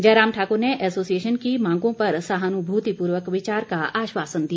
जयराम ठाकुर ने ऐसोसिएशन की मांगों पर सहानुभूतिपूर्वक विचार का आश्वासन दिया